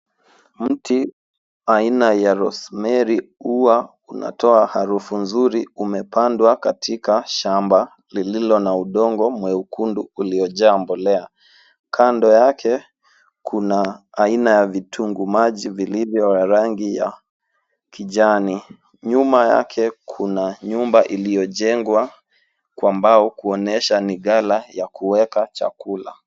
Mti aina ya Rosemary huwa unatoa harufu nzuri umepadwa katika shamba lililo na udongo mwekundu uliyojaa mbolea. Kando yake kuna aina ya vituguu maji vilivyo na rangi ya kijani . Nyuma yake kuna nyumba iliyojegwa kwa mbao kuonyuesha ni gala ya kuweka chakula.